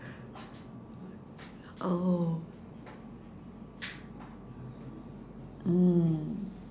oh mm